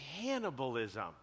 cannibalism